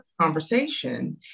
conversation